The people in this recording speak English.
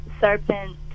serpent